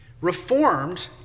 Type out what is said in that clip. Reformed